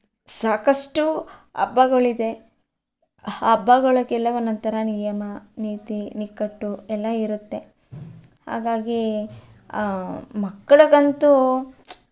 ಸಾಕಷ್ಟು ಹಬ್ಬಗಳಿದೆ ಆ ಹಬ್ಬಗಳಿಗೆಲ್ಲ ಒಂದೊಂದು ಥರ ನಿಯಮ ನೀತಿ ನಿಕ್ಕಟ್ಟು ಎಲ್ಲ ಇರುತ್ತೆ ಹಾಗಾಗಿ ಮಕ್ಳಿಗಂತೂ